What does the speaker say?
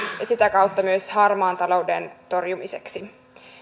ja sitä kautta myös harmaan talouden torjumiseksi